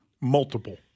Multiple